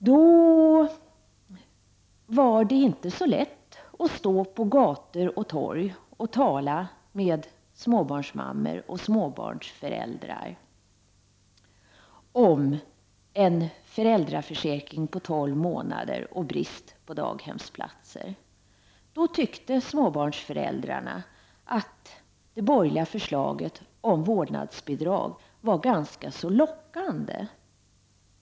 Då var det inte så lätt att stå på gator och torg och tala med småbarnsmammor, småbarnsföräldrar, om en föräldraförsäkring på tolv månader och brist på daghemsplatser. Då tyckte småbarnsföräldrarna att det borgerliga förslaget om vårdnadsbidrag var ganska lockande.